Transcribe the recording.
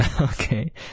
Okay